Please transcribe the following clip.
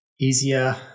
easier